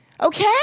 Okay